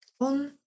on